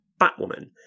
Batwoman